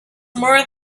more